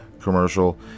commercial